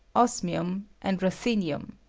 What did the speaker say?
osmi um, and ruthenium.